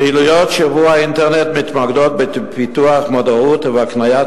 פעילויות שבוע האינטרנט מתמקדות בפיתוח מודעות ובהקניית